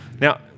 Now